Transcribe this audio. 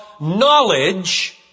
knowledge